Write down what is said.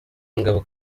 ingabo